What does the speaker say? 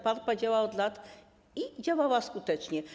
PARPA działa od lat i działa skutecznie.